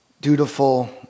dutiful